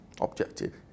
objective